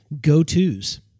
go-tos